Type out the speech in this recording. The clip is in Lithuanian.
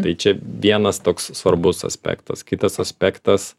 tai čia vienas toks svarbus aspektas kitas aspektas